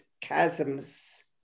chasms